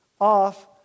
off